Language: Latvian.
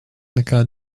nekā